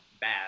bad